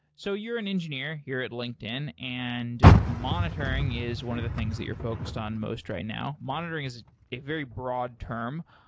so you're an engineer here at linkedin and monitoring is one of the things that you're focused on most right now. monitoring is a very broad term.